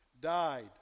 died